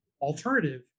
alternative